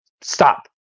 stop